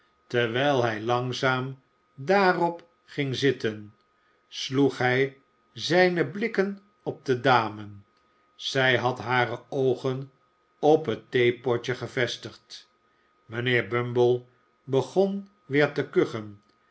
terwijl hij langzaam daarop ging zitten sloeg hij zijne blikken op de dame zij had hare oogen op het theepotje gevestigd mijnheer bumble begon weer te kuchen